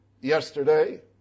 yesterday